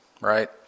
right